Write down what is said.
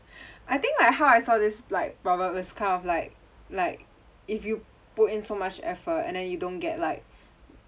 I think like how I saw this like proverb was kind of like like if you put in so much effort and then you don't get like